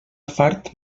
fart